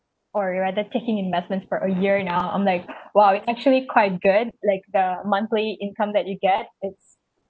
or you'd rather picking investments for a year now I'm like !wow! it's actually quite good like the monthly income that you get it's